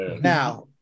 Now